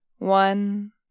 One